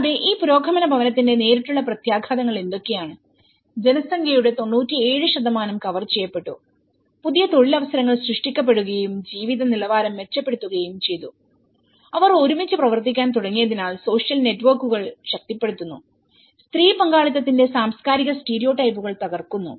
കൂടാതെ ഈ പുരോഗമന ഭവനത്തിന്റെ നേരിട്ടുള്ള പ്രത്യാഘാതങ്ങൾ എന്തൊക്കെയാണ് ജനസംഖ്യയുടെ 97 കവർ ചെയ്യപ്പെട്ടു പുതിയ തൊഴിലവസരങ്ങൾ സൃഷ്ടിക്കപ്പെടുകയും ജീവിതനിലവാരം മെച്ചപ്പെടുത്തുകയും ചെയ്തു അവർ ഒരുമിച്ച് പ്രവർത്തിക്കാൻ തുടങ്ങിയതിനാൽ സോഷ്യൽ നെറ്റ്വർക്കുകൾ ശക്തിപ്പെടുത്തുന്നു സ്ത്രീ പങ്കാളിത്തത്തിന്റെ സാംസ്കാരിക സ്റ്റീരിയോടൈപ്പുകൾ തകർക്കുന്നു